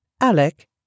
Alec